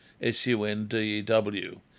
S-U-N-D-E-W